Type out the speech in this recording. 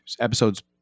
episode's